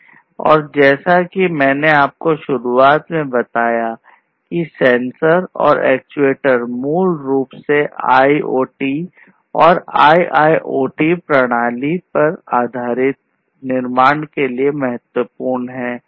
और जैसा कि मैंने आपको शुरुआत में बताया कि सेंसर और एक्चुएटर्स मूल रूप से IoT और IIoT आधारित प्रणाली के निर्माण के लिए महत्वपूर्ण हैं